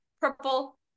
purple